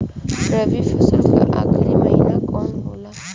रवि फसल क आखरी महीना कवन होला?